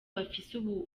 bafise